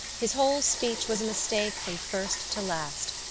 his whole speech was a mistake from first to last,